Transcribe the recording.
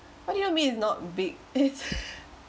what do you mean it not big it's